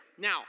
Now